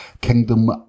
Kingdom